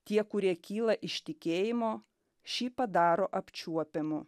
tie kurie kyla iš tikėjimo šį padaro apčiuopiamu